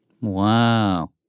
Wow